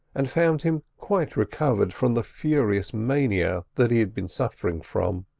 and found him quite recovered from the furious mania that he had been suffering from.